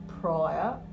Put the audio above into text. prior